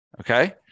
Okay